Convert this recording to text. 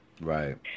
Right